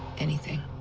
anything.